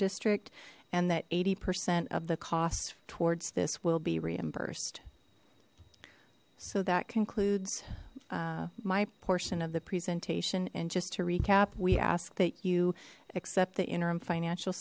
district and that eighty percent of the costs towards this will be reimbursed so that concludes my portion of the presentation and just to recap we ask that you accept the interim financial